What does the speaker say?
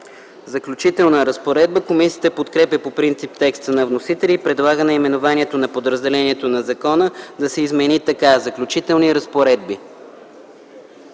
„Заключителна разпоредба”. Комисията подкрепя по принцип текста на вносителя и предлага наименованието на подразделението на закона да се измени така: „Заключителни разпоредби”.